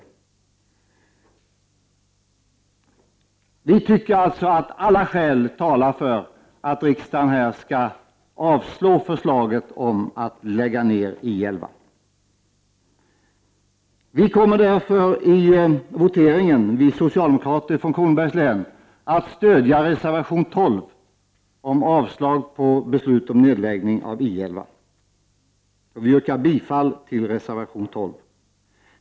Vi socialdemokrater från Kronobergs län tycker alltså att alla skäl talar för att riksdagen avslår förslaget om att lägga ner I 11. Vi kommer därför i voteringen att stödja reservation 12 om avslag på beslut om nedläggning av I 11. Jag yrkar bifall till den reservationen.